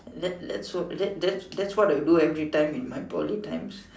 let let's hope that that that's what I do every time in my Poly times